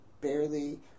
barely